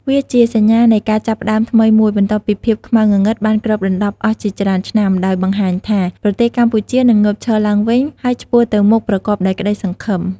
វាជាសញ្ញានៃការចាប់ផ្ដើមថ្មីមួយ បន្ទាប់ពីភាពខ្មៅងងឹតបានគ្របដណ្តប់អស់ជាច្រើនឆ្នាំ ដោយបង្ហាញថា ប្រទេសកម្ពុជានឹងងើបឈរឡើងវិញ ហើយឆ្ពោះទៅមុខប្រកបដោយក្តីសង្ឃឹម។